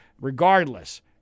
Regardless